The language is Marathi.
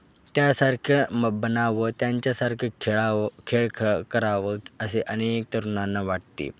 त्यासारखं मग बनावं त्यांच्यासारखं खेळावं खेळ ख करावं असे अनेक तरुणाना वाटते